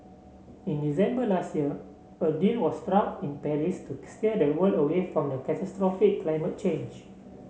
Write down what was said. in December last year a deal was struck in Paris to steer the world away from catastrophic climate change